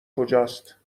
کجاست